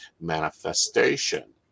manifestation